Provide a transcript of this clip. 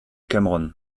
cameron